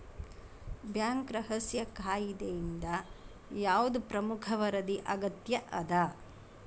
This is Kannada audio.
ಬ್ಯಾಂಕ್ ರಹಸ್ಯ ಕಾಯಿದೆಯಿಂದ ಯಾವ್ದ್ ಪ್ರಮುಖ ವರದಿ ಅಗತ್ಯ ಅದ?